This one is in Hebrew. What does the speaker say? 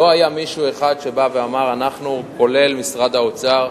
לא היה אחד שבא ואמר: אנחנו, כולל משרד האוצר,